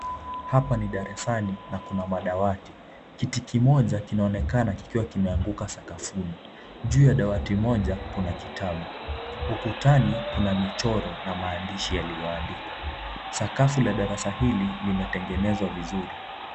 Hapa ni darasani na kuna madawati. Kiti kimoja kinaonekana kikiwa kimeanguka sakafuni. Juu ya dawati moja kuna kitabu. Ukutani kuna michoro na maandishi yaliyoandikwa, sakafu la darasa hili limetengenezwa vizuri.